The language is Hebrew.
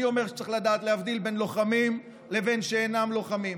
אני אומר שצריך לדעת להבדיל בין לוחמים לבין שאינם לוחמים,